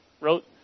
wrote